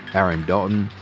aaron dalton,